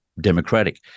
democratic